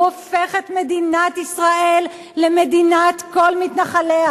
הוא הופך את מדינת ישראל למדינת כל מתנחליה,